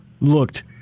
looked